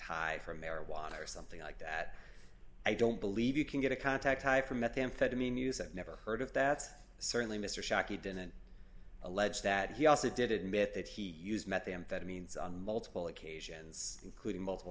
high for marijuana or something like that i don't believe you can get a contact high for methamphetamine use i've never heard of that certainly mr shockey didn't allege that he also did admit that he used methamphetamines on multiple occasions including multiple